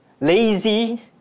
lazy